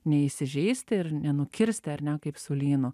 neįsižeisti ir nenukirsti ar ne kaip su lynu